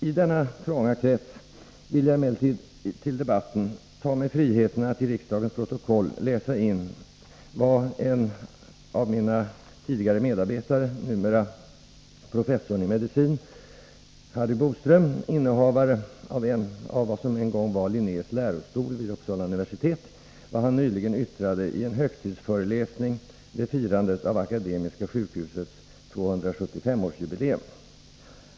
I denna trånga krets vill jag emellertid ta mig friheten att till riksdagens protokoll läsa in vad en av mina tidigare medarbetare, numera professorn i medicin Harry Boström, innehavare av vad som en gång var Linnés lärostol vid Uppsala universitet, nyligen yttrade vid en högtidsföreläsning vid firandet av Akademiska sjukhusets 275-årsjubileum.